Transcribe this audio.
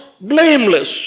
blameless